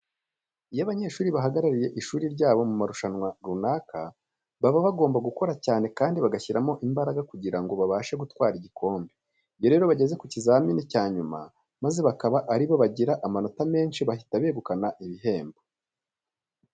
Iyo abanyeshuri bahagarariye ishuri ryabo mu marushanwa runaka baba bagomba gukora cyane kandi bagashyiramo imbaraga kugira ngo babashe gutwara igikombe. Iyo rero bageze ku kizamini cya nyuma maze bakaba ari bo bagira amanota menshi bahita begukana ibihembo.